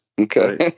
Okay